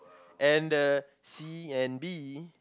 and the C and B